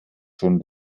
schon